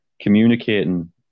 communicating